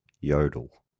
yodel